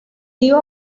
tío